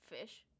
fish